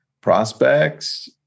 prospects